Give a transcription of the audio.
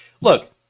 look